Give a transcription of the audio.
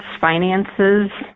finances